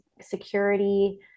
security